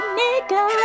nigga